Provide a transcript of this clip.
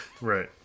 right